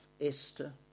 Esther